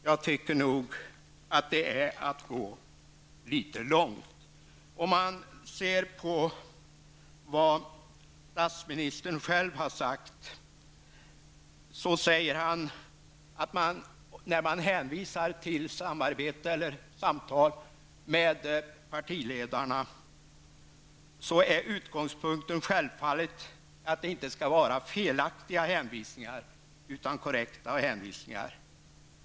Jag tycker att det är att gå litet långt. Om man ser på vad statsministern själv har sagt, hävdar han att när man hänvisar till samarbete och samtal med partiledarna är utgångspunkten självklart att det inte skall vara felaktiga hänvisningar utan korrekta sådana.